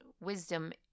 wisdom